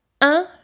Un